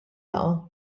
laqgħa